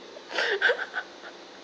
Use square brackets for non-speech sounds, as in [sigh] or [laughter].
[laughs] [laughs]